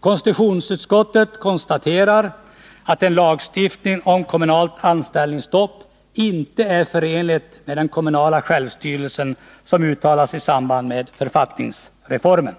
Konstitutionsutskottet konstaterar att en lagstiftning om kommunalt anställningsstopp inte är förenlig med det uttalande om den kommunala självstyrelsen som gjordes i samband med författningsreformen.